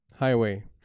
Highway